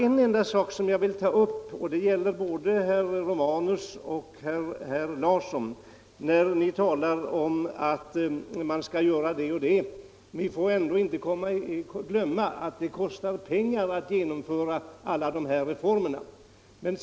Både herr Romanus och herr Larsson talade om att göra det och det, men vi får inte glömma att det kostar pengar att genomföra alla de här reformerna.